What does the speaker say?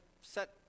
set